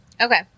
Okay